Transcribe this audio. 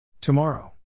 Tomorrow